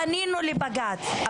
פנינו לבג"צ,